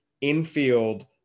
infield